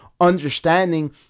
understanding